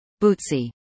Bootsy